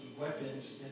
weapons